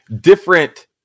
different